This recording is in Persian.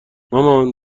مامان